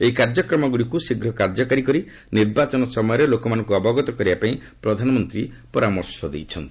ଏହି କାର୍ଯ୍ୟକ୍ରମଗୁଡ଼ିକୁ ଶୀଘ୍ର କାର୍ଯ୍ୟକାରୀ କରି ନିର୍ବାଚନ ସମୟରେ ଲୋକମାନଙ୍କୁ ଅବଗତ କରାଇବା ପାଇଁ ପ୍ରଧାନମନ୍ତ୍ରୀ ପରାମର୍ଶ ଦେଇଛନ୍ତି